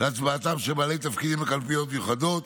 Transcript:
להצבעתם של בעלי תפקידים בקלפיות מיוחדות